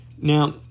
Now